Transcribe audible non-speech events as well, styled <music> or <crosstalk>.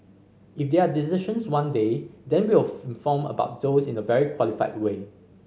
if there are decisions one day then will <unintelligible> inform about those in a very qualified way